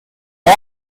all